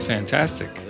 Fantastic